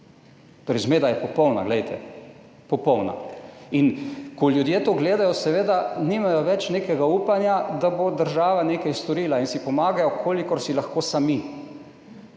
Torej, zmeda je popolna, glejte popolna in ko ljudje to gledajo, seveda nimajo več nekega upanja, da bo država nekaj storila in si pomagajo kolikor si lahko sami.